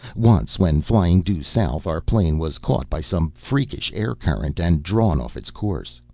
once, when flying due south, our plane was caught by some freakish air current and drawn off its course.